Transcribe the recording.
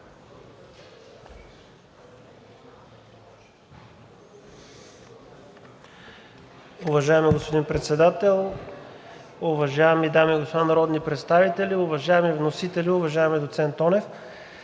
Уважаеми господин Председател, уважаеми дами и господа народни представители, уважаеми вносители, уважаеми доцент Тонев!